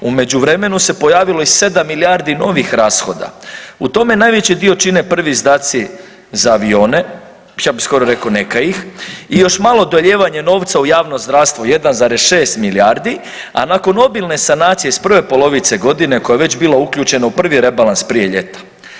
U međuvremenu se pojavilo i 7 milijardi novih rashoda, u tome najveći dio čine prvi izdaci za avione, ja bih skoro rekao neka ih, i još malo dolijevanje novca u javno zdravstvo 1,6 milijardi, a nakon obilne sanacije iz prve polovice godine koje je već bilo uključeno u prvi rebalans prije ljeta.